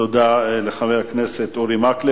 תודה לחבר הכנסת אורי מקלב.